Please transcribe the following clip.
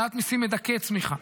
העלאת מיסים מדכאת צמיחה.